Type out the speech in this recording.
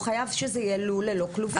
הוא חייב שזה יהיה לול ללא כלובים.